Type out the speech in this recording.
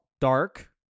dark